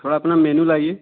थोड़ा अपना मेनू लाइए